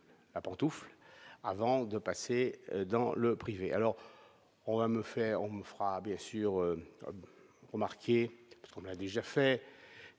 avant de passer dans le privé, alors on va me faire on me fera bien sûr remarqué parce qu'on a déjà fait